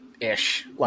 ish